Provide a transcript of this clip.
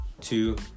two